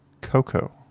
Coco